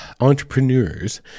entrepreneurs